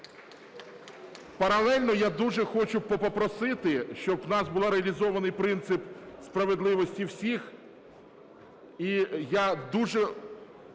Паралельно я дуже хочу попросити, щоб у нас був реалізований принцип справедливості всіх,